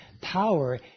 power